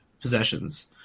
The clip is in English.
possessions